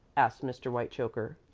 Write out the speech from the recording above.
asked mr. whitechoker.